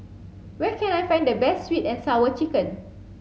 where can I find the best sweet and sour chicken